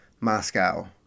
Moscow